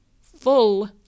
full